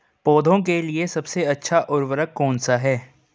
पौधों के लिए सबसे अच्छा उर्वरक कौन सा है?